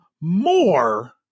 more